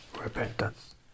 repentance